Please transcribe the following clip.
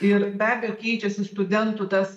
ir be abejo keičiasi studentų tas